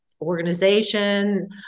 organization